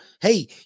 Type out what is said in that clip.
hey